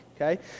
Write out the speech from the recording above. okay